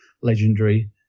legendary